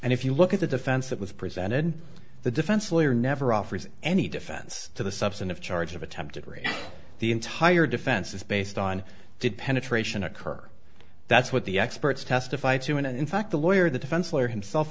and if you look at the defense that was presented the defense lawyer never offered any defense to the substantive charge of attempted rape the entire defense is based on did penetration occur that's what the experts testified to and in fact the lawyer the defense lawyer himself